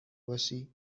باشی